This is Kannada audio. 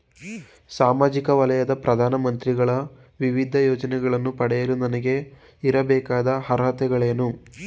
ಸಾಮಾಜಿಕ ವಲಯದ ಪ್ರಧಾನ ಮಂತ್ರಿಗಳ ವಿವಿಧ ಯೋಜನೆಗಳನ್ನು ಪಡೆಯಲು ನನಗೆ ಇರಬೇಕಾದ ಅರ್ಹತೆಗಳೇನು?